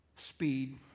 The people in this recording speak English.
Speed